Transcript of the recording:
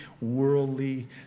worldly